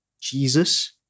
Jesus